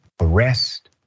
arrest